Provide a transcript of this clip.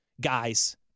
guys